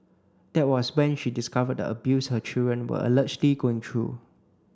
that was when she discovered the abuse her children were allegedly going through